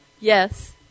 yes